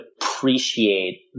appreciate